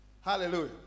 Hallelujah